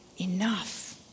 enough